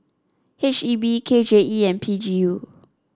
H E B K J E and P G U